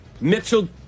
Mitchell